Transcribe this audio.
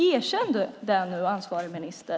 Erkänn det nu, ansvarig minister!